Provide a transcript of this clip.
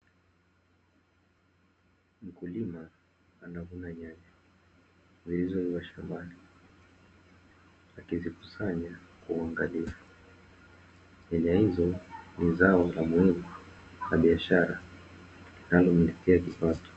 Mkulima anavuna nyanya zilizoiva shambani, akizikusanya kwa uangalifu. Nyanya hizo ni zao la muhimu la biashara linalomletea kipato.